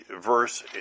verse